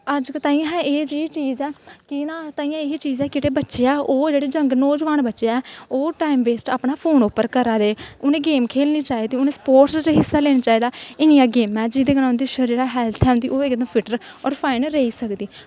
अज्ज क ताईं एह् जेही चीज़ ऐ कि तांईयैं ना जेह्ड़े बच्चे ऐ ओह् जेह्ड़े जंग नौजवान बच्चे ऐ ओह् टाईम बेस्ट अपना फोन पर करा दे उनें गेम खेलनी चाही दी स्पोर्टस च हिस्सा लैना चाही दा इन्नियां गेमां नै जेह्दे कन्नै शरिरिक हैल्थ ऐ ओह् इक दम फिट्ट और फाईन रेही सकदी